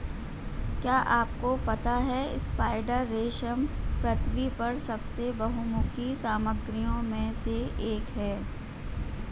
क्या आपको पता है स्पाइडर रेशम पृथ्वी पर सबसे बहुमुखी सामग्रियों में से एक है?